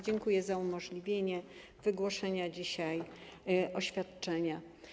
Dziękuję za umożliwienie wygłoszenia dzisiaj oświadczenia.